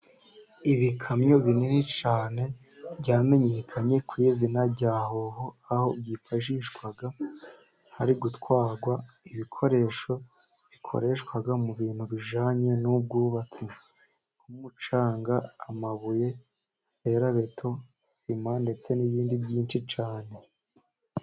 Ibikamyo binini cyane byamenyekanye ku izina ryahoho, aho byifashishwa hari gutwarwa ibikoresho bikoreshwa mu bintu bijyanye n'ubwubatsi nk'umucanga, amabuye, ferabeto, sima ndetse n'ibindi byinshi cyane.